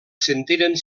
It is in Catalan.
sentiren